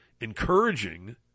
encouraging